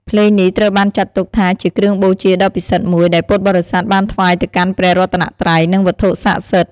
ភ្លេងនេះត្រូវបានចាត់ទុកថាជាគ្រឿងបូជាដ៏ពិសិដ្ឋមួយ ដែលពុទ្ធបរិស័ទបានថ្វាយទៅកាន់ព្រះរតនត្រ័យ និងវត្ថុស័ក្តិសិទ្ធិ។